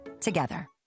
together